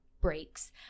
breaks